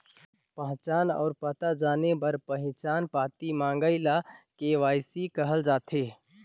पहिचान अउ पता जाने बर पहिचान पाती मंगई ल के.वाई.सी कहल जाथे